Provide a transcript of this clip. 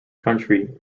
country